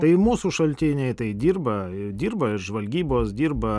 tai mūsų šaltiniai tai dirba dirba ir žvalgybos dirba